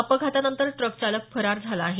अपघातातनंतर truck चालक फरार झाला आहे